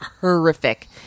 horrific